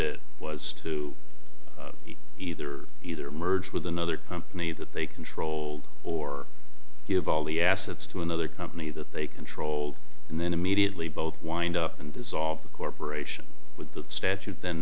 it was to either either merge with another company that they controlled or give all the assets to another company that they controlled and then immediately both wind up and dissolve the corporation with that statute th